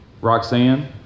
Roxanne